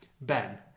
Ben